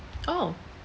oh